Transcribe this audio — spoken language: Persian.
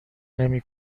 نمی